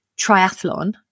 triathlon